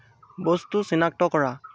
বস্তু চিনাক্ত কৰা